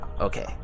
Okay